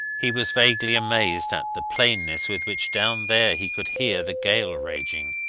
he was vaguely amazed at the plainness with which down there he could hear the gale raging.